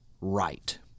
right